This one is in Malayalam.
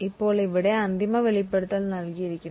ഇപ്പോൾ ഇവിടെ ഫൈനൽ ഡിസ്ക്ലോഷർ നൽകിയിരിക്കുന്നു